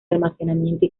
almacenamiento